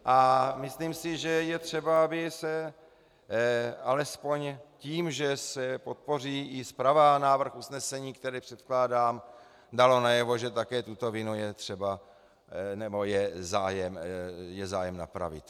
A myslím si, že je třeba, aby se alespoň tím, že se podpoří i zprava návrh usnesení, které předkládám, dalo najevo, že také tuto vinu je třeba nebo je zájem napravit.